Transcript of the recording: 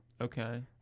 Okay